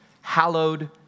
Hallowed